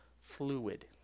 fluid